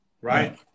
right